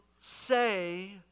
say